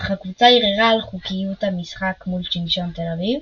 אך הקבוצה ערערה על חוקיות משחקה מול שמשון תל אביב,